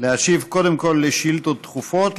להשיב קודם כול על שאילתות דחופות,